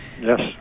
Yes